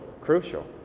crucial